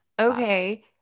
okay